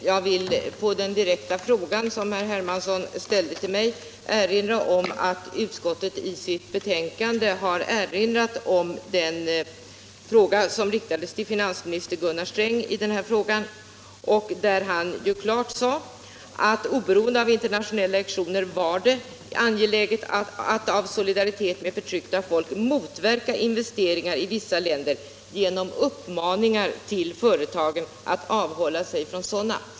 Jag vill på den direkta fråga som herr Hermansson ställde till mig svara, att utskottet i sitt betänkande har erinrat om den fråga som riktades till förre finansministern Gunnar Sträng och där han sade att det oberoende av internationella aktioner var angeläget att av Solidaritet med förtryckta folk motverka investeringar i vissa länder genom mot Chile mot Chile 140 uppmaningar till företagen att avhålla sig från sådana.